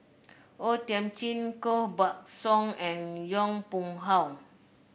O Thiam Chin Koh Buck Song and Yong Pung How